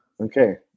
Okay